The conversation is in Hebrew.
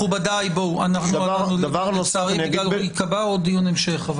מכובדיי, עוד ייקבע דיון המשך.